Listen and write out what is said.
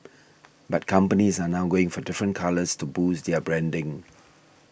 but companies are now going for different colours to boost their branding